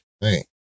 Hey